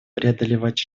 преодолевать